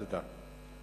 תודה.